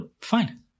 Fine